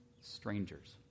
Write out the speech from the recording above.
strangers